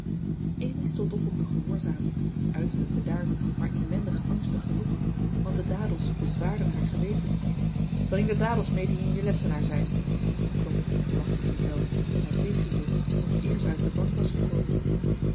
amy stond op om te gehoorzamen uiterlijk bedaard maar inwendig angstig genoeg want de dadels bezwaarden haar geweten breng de dadels mee die in je lessenaar zijn klonk het onverwachte bevel dat haar tegenhield nog eer ze uit de bank was gekomen